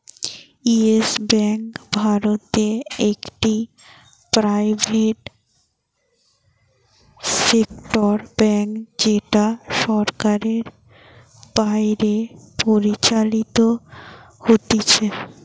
yes Bank ভারতে একটি private sector bank যেটা সরকারের বাইরে পরিচালিত হতিছে